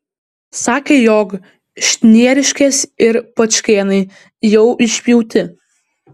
sakė jog šnieriškės ir pačkėnai jau išpjauti